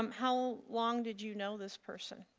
um how long did you know this person?